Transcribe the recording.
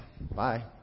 Bye